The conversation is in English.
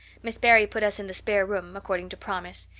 miss barry put us in the spare room, according to promise.